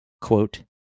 quote